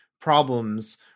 problems